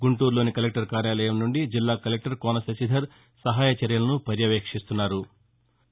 గుంటూరులోని కలెక్టర్ కార్యాలయం నుండి జిల్లా కలెక్టర్ కోస శశిధర్ సహాయ చర్యలను పర్యవేక్షిస్తున్నారు